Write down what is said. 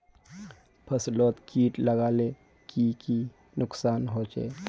फसलोत किट लगाले की की नुकसान होचए?